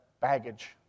baggage